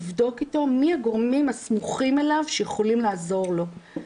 לבדוק איתו מי הגורמים הסמוכים אליו שיכולים לעזור לו.